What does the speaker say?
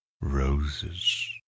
roses